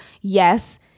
yes